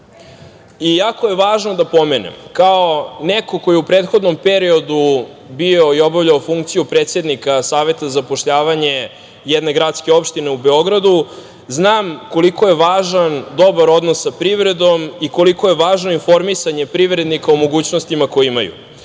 evra. Jako je važno da pomenem, kao neko ko je u prethodnom periodu bio i obavljao funkciju predsednika Saveta za zapošljavanje jedne gradske opštine u Beogradu, znam koliko je važan dobar odnos sa privredom i koliko je važno informisanje privrednika o mogućnostima koje imaju.